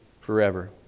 forever